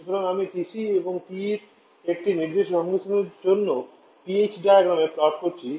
সুতরাং আমি TC এবং TE র একটি নির্দিষ্ট সংমিশ্রণের জন্য পিএইচ ডায়াগ্রাম প্লট করেছি